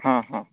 ହଁ ହଁ